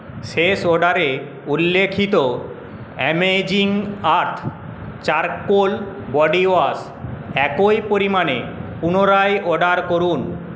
শেষ অর্ডারে উল্লিখিত অ্যামেজিং আর্থ চারকোল বডিওয়াশ একই পরিমাণে পুনরায় অর্ডার করুন